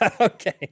Okay